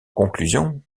conclusion